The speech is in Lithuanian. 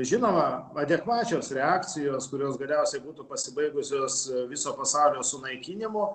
žinoma adekvačios reakcijos kurios galiausiai būtų pasibaigusios viso pasaulio sunaikinimu